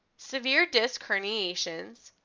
severe disc herniations,